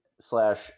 slash